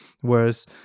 Whereas